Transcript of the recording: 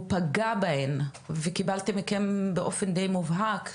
פגע בהן ואני קיבלתי מכם באופן די מובהק שאמרתם.